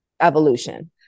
evolution